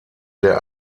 der